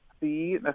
see